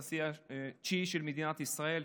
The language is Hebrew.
הנשיא התשיעי של מדינת ישראל,